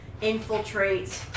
infiltrate